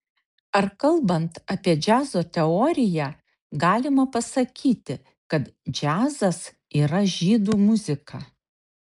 ar kalbant apie džiazo teoriją galima pasakyti kad džiazas yra žydų muzika